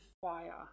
fire